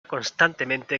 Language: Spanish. constantemente